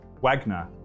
Wagner